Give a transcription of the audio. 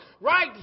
Right